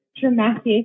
dramatic